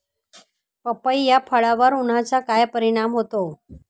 पपई या फळावर उन्हाचा काय परिणाम होतो?